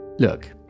Look